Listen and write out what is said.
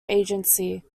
agency